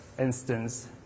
instance